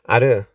आरो